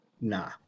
Nah